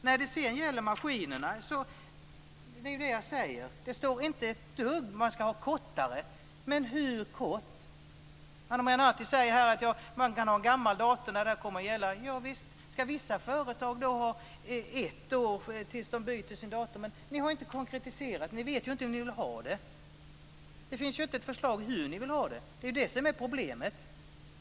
När det sedan gäller maskinerna är det ju det jag säger, det står inte ett dugg. Man ska ha kortare tid. Men hur kort? Ana Maria Narti säger att man kan ha en gammal dator när det här förslaget kommer att gälla. Javisst! Ska vissa företag då ha ett år, tills de byter sin dator? Ni har ju inte konkretiserat. Ni vet ju inte hur ni vill ha det. Det finns ju inget förslag på hur ni vill ha det. Det är det som är problemet.